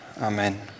Amen